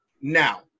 now